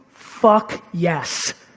fuck yes.